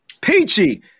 Peachy